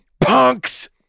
punks